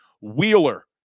Wheeler